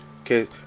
okay